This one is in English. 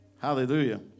Hallelujah